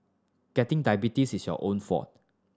getting diabetes is your own fault